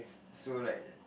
so like